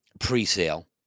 pre-sale